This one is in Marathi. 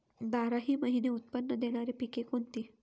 बाराही महिने उत्त्पन्न देणारी पिके कोणती?